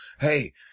hey